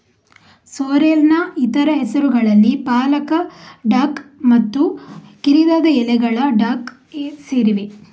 ಸೋರ್ರೆಲ್ನ ಇತರ ಹೆಸರುಗಳಲ್ಲಿ ಪಾಲಕ ಡಾಕ್ ಮತ್ತು ಕಿರಿದಾದ ಎಲೆಗಳ ಡಾಕ್ ಸೇರಿವೆ